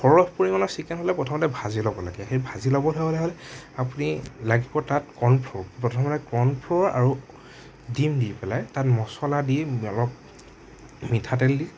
সৰহ পৰিমাণৰ ছিকেন হ'লে প্ৰথমতে ভাজি ল'ব লাগে সেই ভাজি ল'বলে হ'লে আপুনি লাগিব তাত কৰ্ণফ্ল'ৰ প্ৰথমতে কৰ্ণফ্ল'ৰ আৰু ডিম দি পেলাই তাত মছলা দি অলপ মিঠাতেল দি